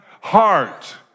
Heart